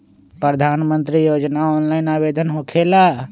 प्रधानमंत्री योजना ऑनलाइन आवेदन होकेला?